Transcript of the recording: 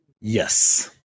Yes